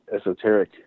esoteric